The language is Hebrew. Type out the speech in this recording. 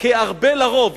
כארבה לרוב.